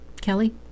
Kelly